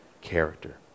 character